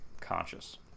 conscious